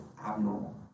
abnormal